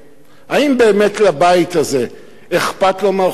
האם באמת לבית הזה אכפת מהאוכלוסייה?